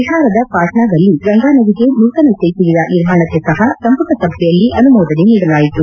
ಬಿಹಾರದ ಪಾಟ್ನಾದಲ್ಲಿ ಗಂಗಾನದಿಗೆ ನೂತನ ಸೇತುವೆಯ ನಿರ್ಮಾಣಕ್ಕೆ ಸಹ ಸಂಪುಟ ಸಭೆಯಲ್ಲಿ ಅನುಮೋದನೆ ನೀಡಲಾಯಿತು